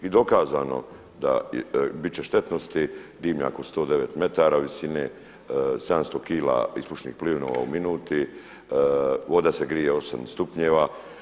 I dokazano, da biti će štetnosti, dimnjak od 109 metara visine, 700 kila ispušnih plinova u minuti, voda se grije 8 stupnjeva.